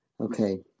Okay